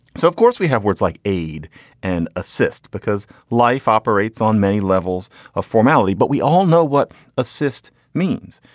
so of course we have words like aid and assist because life operates on many levels of formality but we all know what assist means.